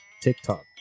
tiktok